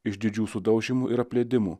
iš didžių sudaužymų ir apleidimų